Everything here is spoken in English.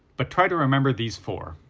but try to remember these four.